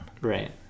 Right